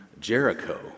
Jericho